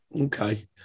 Okay